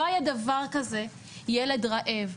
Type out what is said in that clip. לא היה דבר כזה ילד רעב.